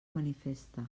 manifesta